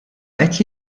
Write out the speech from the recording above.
qed